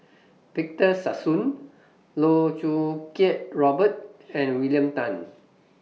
Victor Sassoon Loh Choo Kiat Robert and William Tan